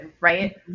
right